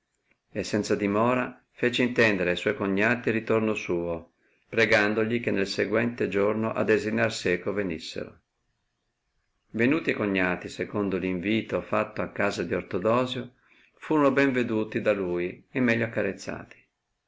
e senza dimora fece intendere a suoi cognati il ritorno suo pregandogli che nel seguente giorno a desinar seco venissero venuti e cognati secondo l invito fatto a casa di ortodosio furon ben veduti da lui e meglio accarezzati